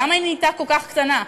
למה היא נהייתה כל כך קטנה,